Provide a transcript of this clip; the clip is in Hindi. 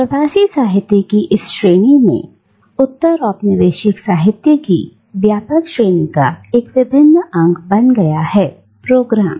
प्रवासी साहित्य कि इस श्रेणी में उत्तर औपनिवेशिक साहित्य की व्यापक श्रेणी का एक अभिन्न अंग बन गया है प्रोग्राम